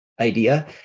idea